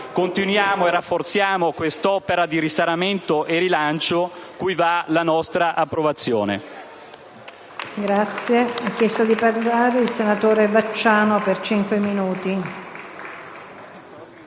continuiamo e rafforziamo quest'opera di risanamento e rilancio cui va la nostra approvazione.